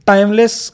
Timeless